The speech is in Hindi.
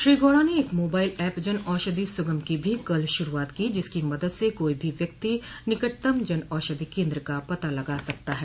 श्री गौड़ा ने एक मोबाईल एप जनऔषधि सुगम की भी कल शुरूआत की जिसकी मदद से कोई भी व्यक्ति निकटतम जनऔषधि केंद्र का पता लगा सकता है